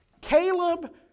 Caleb